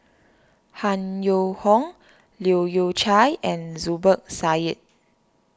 Han Yong Hong Leu Yew Chye and Zubir Said